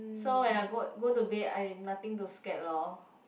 so when I go go to bed I nothing to scared lor